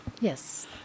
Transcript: Yes